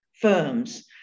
firms